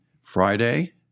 Friday